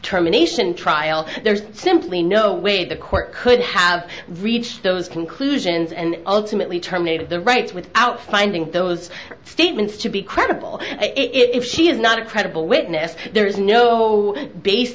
terminations trial there's simply no way the court could have reached those conclusions and ultimately terminated the rights without finding those statements to be credible it if she is not a credible witness there is no bas